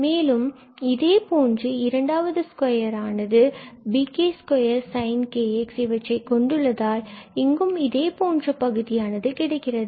மேலும் நம்மிடம் உள்ளது இதே போன்று இரண்டாவது ஸ்கொயர் ஆனது bk2sin2 kx இவற்றை கொண்டுள்ளதால் இங்கும் இதேபோன்ற பகுதியானது கிடைக்கிறது